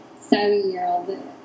seven-year-old